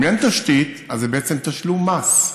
אם אין תשתית, אז זה בעצם תשלום מס,